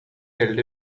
held